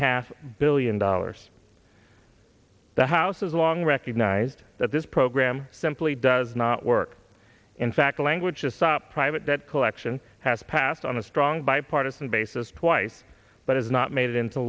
half billion dollars the house has long recognized that this program simply does not work in fact language asop private debt collection has passed on a strong bipartisan basis twice but has not made it into